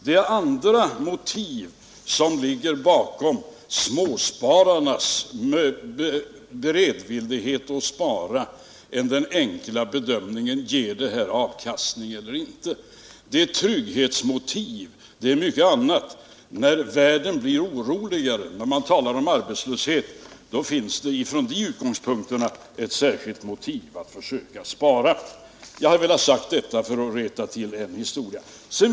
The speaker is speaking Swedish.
Det är andra motiv som ligger bakom småspararnas beredvillighet att spara än den enkla bedömningen om detta ger avkastning eller inte. Det är fråga om trygghetsmotiv och mycket annat. När världen blir oroligare och när man talar om arbetslöshet, finns från dessa utgångspunkter ett särskilt motiv för att försöka spara. Jag har velat säga detta för att rätta till historieskrivningen.